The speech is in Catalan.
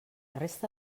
resta